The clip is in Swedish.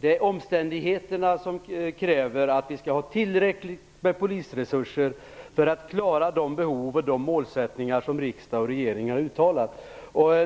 Det är omständigheterna som kräver att vi skall ha tillräckligt med polisresurser för att klara de behov och de målsättningar som riksdag och regering har uttalat.